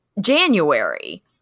January